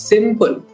Simple